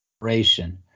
operation